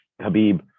habib